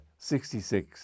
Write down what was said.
66